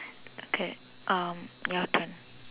okay um your turn